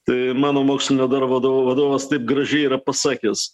tai mano mokslinio darbo vadovas taip gražiai yra pasakęs